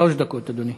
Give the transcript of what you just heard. שלוש דקות, אדוני.